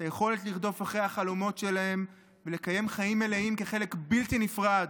את היכולת לרדוף אחרי החלומות שלהם ולקיים חיים מלאים כחלק בלתי נפרד